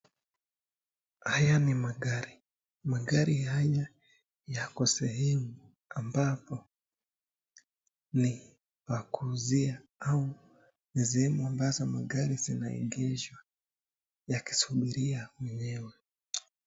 Haya ni magari, magari haya yako sehemu ambapo ni pa kuuzia au ni sehemu ambazo magari zinaegeshwa yakisimulia mwenyewe.